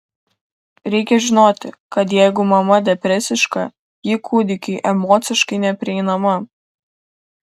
reikia žinoti kad jeigu mama depresiška ji kūdikiui emociškai neprieinama